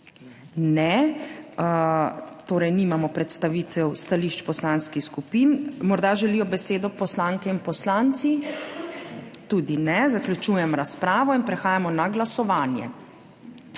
Ne. Torej nimamo predstavitev stališč poslanskih skupin. Morda želijo besedo poslanke in poslanci? Tudi ne. Zaključujem razpravo in prehajamo na glasovanje.